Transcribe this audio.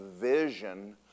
vision